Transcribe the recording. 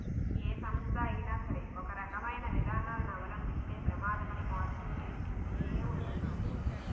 ఏ సంస్థ అయినా సరే ఒకే రకమైన విధానాలను అవలంబిస్తే ప్రమాదమని మార్పులు చేస్తూనే ఉంటున్నారు